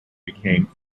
became